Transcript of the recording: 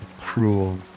cruel